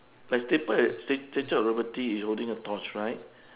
like stat~ statue of liberty is holding a torch right